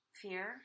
fear